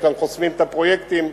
וכאן חוסמים את הפרויקטים,